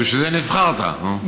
בשביל זה נבחרת, נו.